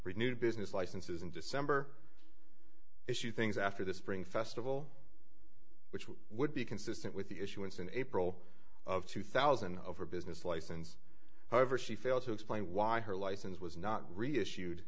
renewed business licenses in december issue things after the spring festival which would be consistent with the issuance in april of two thousand of her business license however she failed to explain why her license was not reissued